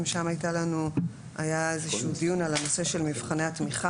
שם היה איזשהו דיון על הנושא של מבחני התמיכה